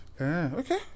Okay